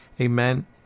amen